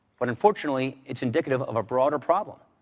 but unfortunately it's indicative of a broader problem,